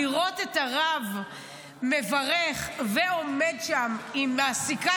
לראות את הרב מברך ועומד שם עם הסיכה